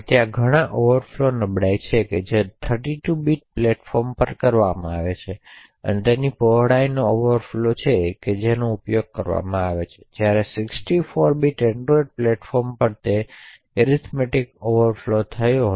ત્યાં ઘણી ઓવરફ્લો નબળાઈઓ છે જે 32 બીટ પ્લેટફોર્મ પર કરવામાં આવે છે તે પહોળાઈનો ઓવરફ્લો હતો જેનો ઉપયોગ કરવામાં આવ્યો હતો જ્યારે 64 બીટ એન્ડ્રોઇડ પ્લેટફોર્મ પર તે એરીથમેટીક ઓવરફ્લો હતો જે થયો હતો